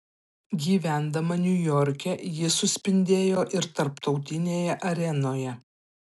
gyvendama niujorke ji suspindėjo ir tarptautinėje arenoje